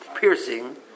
piercing